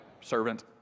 Servant